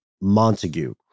Montague